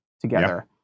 together